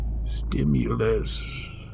Stimulus